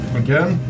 again